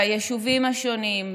ביישובים השונים,